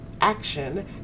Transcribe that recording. action